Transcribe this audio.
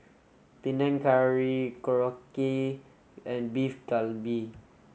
Panang Curry Korokke and Beef Galbi